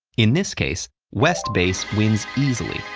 in this case, west base wins easily,